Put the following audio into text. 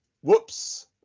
Whoops